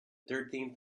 thirteenth